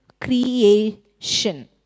creation